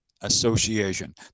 Association